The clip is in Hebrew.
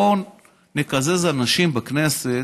בואו נקזז אנשים בכנסת,